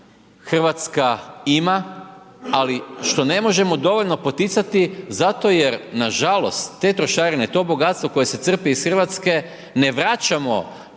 Hrvatska ima, ali što ne možemo dovoljno poticati zato jer nažalost, te trošarine i to bogatstvo koje se crpi iz Hrvatske, ne vraćamo